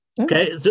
okay